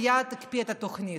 מייד הקפיא את התוכנית.